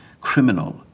criminal